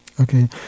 Okay